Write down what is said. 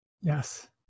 Yes